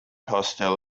hostel